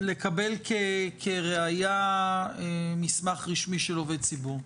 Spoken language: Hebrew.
לקבל כראיה מסמך רשמי של עובד ציבור,